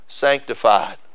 sanctified